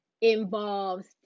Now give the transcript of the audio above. involves